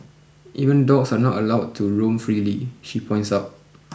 even dogs are not allowed to roam freely she points out